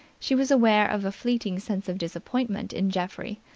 she was aware of a fleeting sense of disappointment in geoffrey,